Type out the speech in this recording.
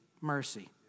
mercy